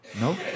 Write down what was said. No